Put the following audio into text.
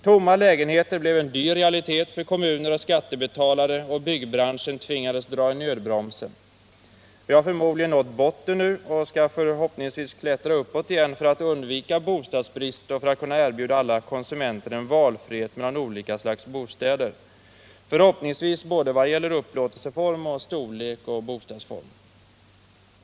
Tomma lägenheter blev en dyr realitet för kommuner och skattebetalare, och byggbranschen tvingades dra i nödbromsen. Vi har förmodligen nått botten nu och skall förhoppningsvis klättra uppåt igen för att undvika bostadsbrist och för att kunna erbjuda alla bostadskonsumenter en valfrihet mellan olika slags bostäder, förhoppningsvis vad gäller både upplåtelseform och storlek och bostadsform.